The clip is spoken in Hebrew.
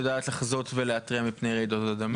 לחזות ולהתריע מפני רעידות אדמה.